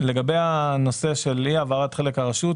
לגבי הנושא של אי העברת חלק הרשות,